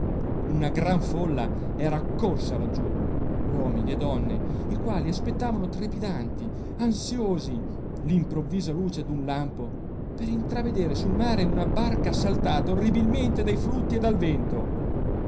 una gran folla era accorsa laggiù uomini e donne i quali aspettavano trepidanti ansiosi l'improvvisa luce d'un lampo per intravedere sul mare una barca assaltata orribilmente dai flutti e dal vento